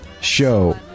Show